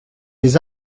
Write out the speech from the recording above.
des